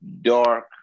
dark